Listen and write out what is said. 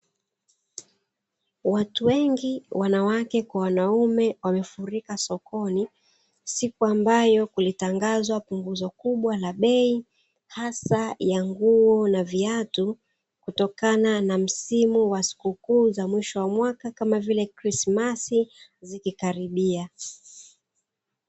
Watu wengi wanawake kwa wanaume wamefurika sokoni, siku ambayo kulitangazwa punguzo kubwa la bei hasa ya nguo na viatu kutokana na msimu wa sikukuu za mwisho wa mwaka kama vile krismasi zikikaribia.